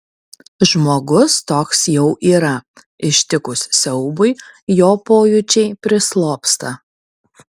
žmogus toks jau yra ištikus siaubui jo pojūčiai prislopsta